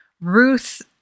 Ruth